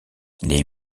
les